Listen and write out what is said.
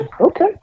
okay